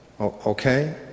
okay